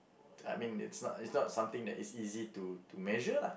I mean it's not it's not something that is easy to to measure lah